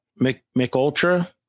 McUltra